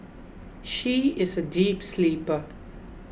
she is a deep sleeper